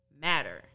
matter